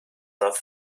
not